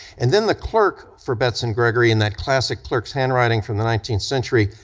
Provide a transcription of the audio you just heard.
and then the clerk for betts and gregory, in that classic clerk's handwriting from the nineteenth century,